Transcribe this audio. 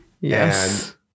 yes